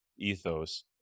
ethos